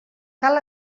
cal